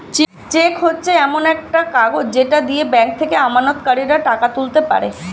check হচ্ছে একটা কাগজ যেটা দিয়ে ব্যাংক থেকে আমানতকারীরা টাকা তুলতে পারে